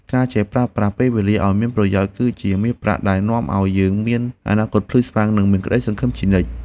ការចេះប្រើប្រាស់ពេលវេលាឱ្យមានប្រយោជន៍ គឺជាមាសប្រាក់ដែលនាំឱ្យយើងមានអនាគតភ្លឺស្វាង និងមានក្តីសង្ឃឹមជានិច្ច។